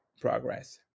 progress